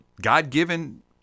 god-given